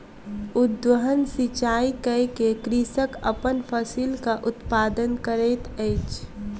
उद्वहन सिचाई कय के कृषक अपन फसिलक उत्पादन करैत अछि